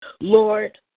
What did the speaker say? Lord